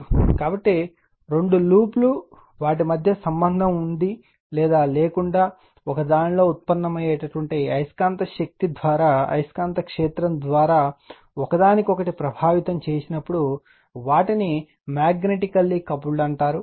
కాబట్టి రెండు లూప్ లు వాటి మధ్య సంబంధం ఉండి లేదా లేకుండా ఒక దానిలో ఉత్పన్నమయ్యే అయస్కాంత క్షేత్రం ద్వారా ఒకదానికొకటి ప్రభావితం చేసినప్పుడు వాటిని మాగ్నెటికెల్లి కపుల్డ్ అంటారు